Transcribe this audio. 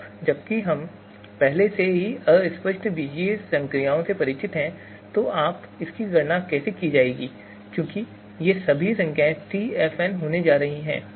अब जबकि हम पहले से ही अस्पष्ट बीजीय संक्रियाओं से परिचित हैं तो इसकी गणना कैसे की जाएगी क्योंकि ये सभी संख्याएं TFN होने जा रही हैं